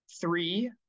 three